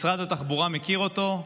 משרד התחבורה מכיר אותו,